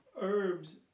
herbs